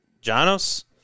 Janos